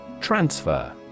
Transfer